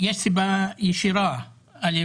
יש סיבה ישירה: א'